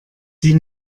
sie